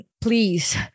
Please